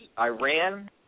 Iran